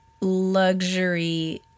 luxury